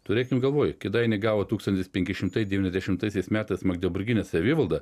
turėkim galvoj kėdainiai gavo tūkstantis penki šimtai devyniasdešimtaisiais metais magdeburginę savivaldą